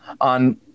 on